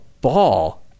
ball